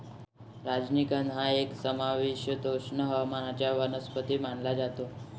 राजनिगंध हा एक समशीतोष्ण हवामानाचा वनस्पती मानला जातो